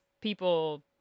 people